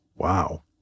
wow